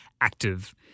active